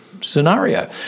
scenario